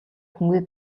хүнгүй